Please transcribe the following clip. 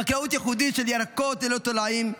חקלאות ייחודית של ירקות ללא תולעים,